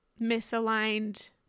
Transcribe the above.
misaligned